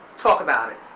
talk about it.